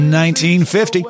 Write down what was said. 1950